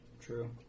True